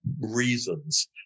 reasons